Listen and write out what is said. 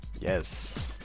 Yes